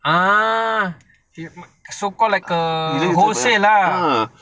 ah so call like a whole set lah